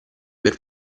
per